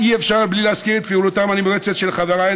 אך אי-אפשר בלי להזכיר את פעילותם הנמרצת של חבריי,